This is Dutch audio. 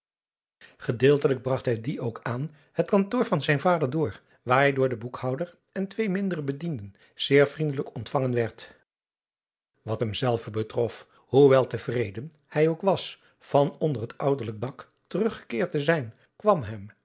gedeeltelijk bragt hij dien ook aan het kantoor van zijn vader door waar hij door den boekhouder en twee mindere bedienden zeer vriendelijk ontvangen werd wat hem zelven betrof hoe wel te vreden hij ook was van onder het ouderlijk dak teruggekeerd te zijn kwam hem